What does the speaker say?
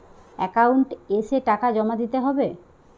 Account এসে টাকা জমা দিতে হবে?